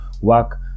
work